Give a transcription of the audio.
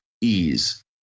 ease